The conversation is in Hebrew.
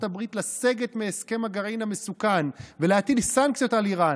הברית לסגת מהסכם הגרעין המסוכן ולהטיל סנקציות על איראן,